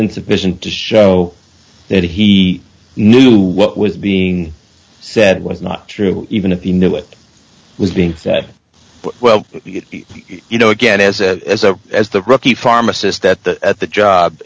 insufficient to show that he knew what was being said was not true even if he knew it was being well you know again as a as a as the rookie pharmacist at the at the